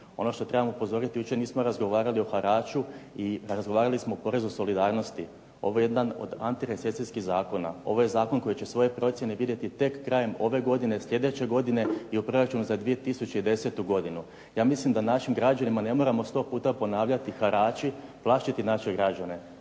Ono što trebam upozoriti. Jučer nismo razgovarali o haraču i razgovarali smo o porezu solidarnosti. Ovo je jedan od antirecesijski zakona, ovo je zakon koji će svoje procjene vidjeti tek krajem ove godine, sljedeće godine i proračunu za 2010. godinu. Ja mislim da našim građanima ne moramo 100 puta ponavljati harači, plašiti naše građane.